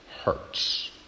hurts